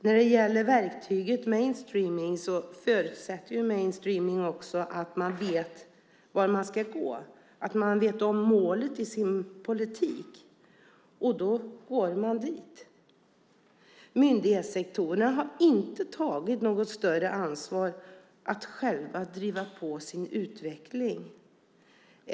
När det gäller verktyget mainstreaming förutsätter det också att man vet vart man ska gå, att man vet om målet i sin politik. Då går man dit. Myndighetssektorerna har inte tagit något större ansvar för att själva driva på sin utveckling.